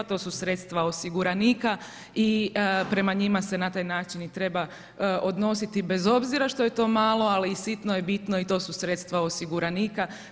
To su sredstva osiguranika i prema njima se na taj način i treba odnositi bez obzira što je to malo, ali i sitno je bitno i to su sredstva osiguranika.